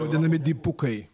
vadinami dipukai